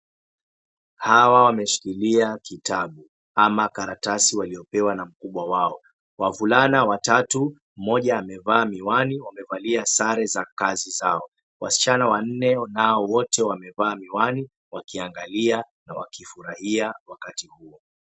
Hawa wameshikilia kitabu ama karatasi waliopewa na mkubwa wao. Wavulana watatu, mmoja amevaa miwani wamevalia sare za kazi zao. Wasichana wanne nao wote wamevaa miwani wakiangalia na wakifurahia wakati huo.